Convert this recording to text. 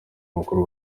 makuru